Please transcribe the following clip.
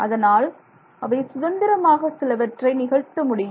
அதனால் அவை சுதந்திரமாக சிலவற்றை நிகழ்த்த முடியும்